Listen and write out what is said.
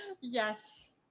Yes